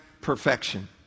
perfection